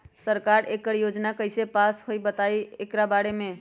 सरकार एकड़ योजना कईसे पास होई बताई एकर बारे मे?